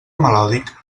melòdic